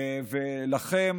ולכם,